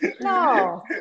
No